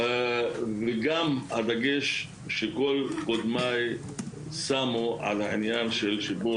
וגם את הדגש שכל קודמיי שמו על העניין של שיפור